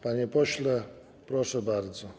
Panie pośle, proszę bardzo.